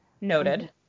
noted